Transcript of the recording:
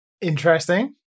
Interesting